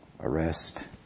arrest